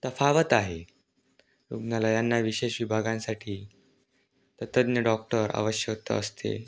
तफावत आहे रुग्णालयांना विशेष विभागांसाठी तज्ज्ञ डॉक्टर आवश्यकता असते